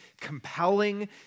compelling